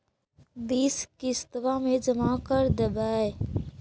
बिस किस्तवा मे जमा कर देवै?